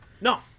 No